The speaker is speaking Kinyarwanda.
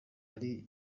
ari